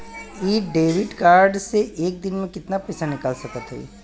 इ debit card से एक दिन मे कितना पैसा निकाल सकत हई?